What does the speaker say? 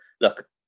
look